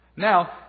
Now